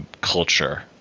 culture